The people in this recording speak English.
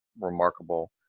remarkable